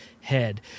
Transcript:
head